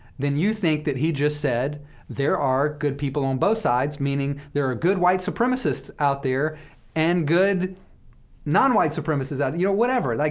then you think that he just said there are good people on both sides, meaning there are good white supremacists out there and good non-white supremacists out there. you know, whatever. like